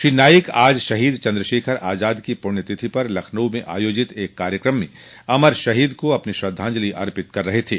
श्री नाईक आज शहीद चन्द्रशेखर आजाद की पूण्य तिथि पर लखनऊ में आयोजित एक कार्यक्रम में अमर शहीद को अपनी श्रद्वाजंलि अर्पित कर रहे थे